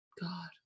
god